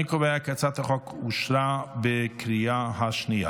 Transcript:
אני קובע כי הצעת החוק אושרה בקריאה השנייה.